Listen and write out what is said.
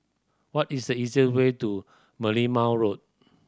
what is the easiest way to Merlimau Road